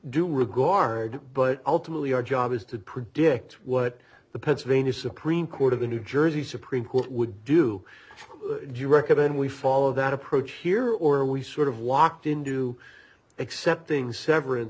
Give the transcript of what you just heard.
due regard but ultimately our job is to predict what the pennsylvania supreme court of the new jersey supreme court would do you recommend we follow that approach here or we sort of locked in do accepting severance